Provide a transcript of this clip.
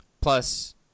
Plus